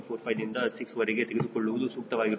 45 ದಿಂದ 6 ವರೆಗೆ ತೆಗೆದುಕೊಳ್ಳುವುದು ಸೂಕ್ತವಾಗಿರುತ್ತದೆ